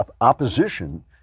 opposition